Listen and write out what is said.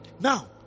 Now